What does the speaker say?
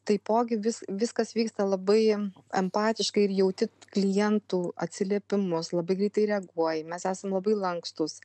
taipogi vis viskas vyksta labai empatiškai ir jauti klientų atsiliepimus labai greitai reaguoji mes esam labai lankstūs